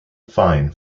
fine